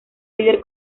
líder